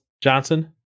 Johnson